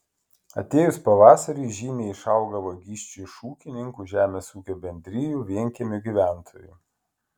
atėjus pavasariui žymiai išauga vagysčių iš ūkininkų žemės ūkio bendrijų vienkiemių gyventojų